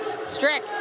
Strick